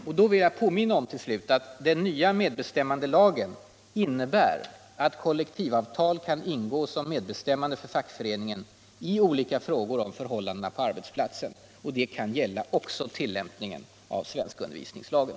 Jag vill slutligen påminna om att den nya medbestämmandelagen innebär att kollektivavtal kan ingås om medbestämmande för fackföreningeniiolika frågor om förhållandena på arbetsplatsen. Det kan också gälla tilllämpningen av svenskundervisningen.